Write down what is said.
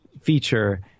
feature